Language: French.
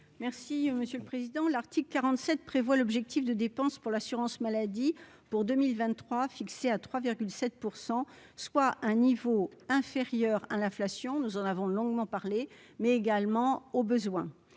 Merci monsieur le président, l'Arctique 47 prévoit l'objectif de dépenses pour l'assurance maladie pour 2023, fixé à 3 7 % soit un niveau inférieur à l'inflation, nous en avons longuement parlé, mais également aux besoins,